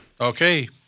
Okay